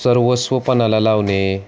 सर्वस्व पणाला लावणे